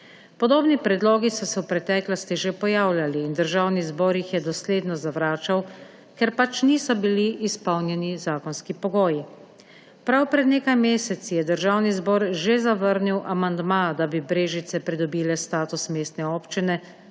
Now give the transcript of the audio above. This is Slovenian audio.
Podobni predlogi so se v preteklosti že pojavljali in Državni zbor jih je dosledno zavračal, ker pač niso bili izpolnjeni zakonski pogoji. Prav pred nekaj meseci je Državni zbor že zavrnil amandma, da bi Brežice pridobile status mestne občine,